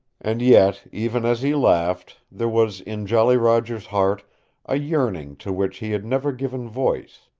and yet, even as he laughed, there was in jolly roger's heart a yearning to which he had never given voice.